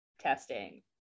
testing